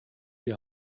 die